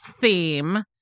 theme